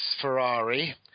Ferrari